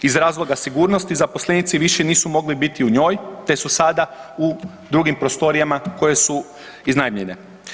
Iz razloga sigurnosti zaposlenici više nisu mogli biti u njoj te su sada u drugim prostorijama koje su iznajmljene.